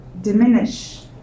diminish